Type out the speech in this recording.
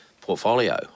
portfolio